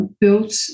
built